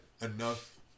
enough